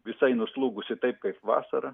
visai nuslūgusi taip kaip vasarą